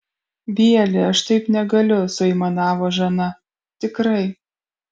bieli aš taip negaliu suaimanavo žana tikrai